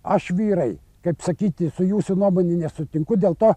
aš vyrai kaip sakyti su jūsų nuomone nesutinku dėl to